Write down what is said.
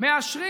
מאשרים,